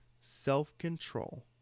self-control